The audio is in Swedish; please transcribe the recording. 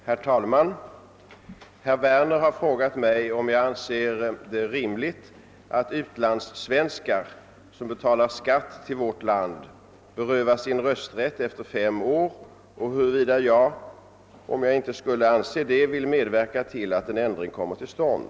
Herr talman! Herr Werner har frågat mig om jag anser det rimligt att utlandssvenskar som betalar skatt till vårt land berövas sin rösträtt efter fem år och huruvida jag, om jag inte skulle anse det, vill medverka till att en ändring kommer till stånd.